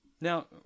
Now